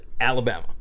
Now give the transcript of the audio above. Alabama